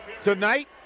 Tonight